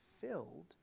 filled